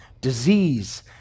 disease